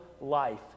life